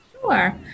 sure